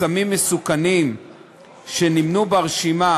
סמים מסוכנים שנמנו ברשימה,